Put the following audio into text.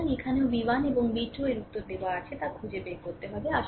সুতরাং এখানেও v1 এবং v2 এর উত্তর দেওয়া আছে তা খুঁজে বের করতে হবে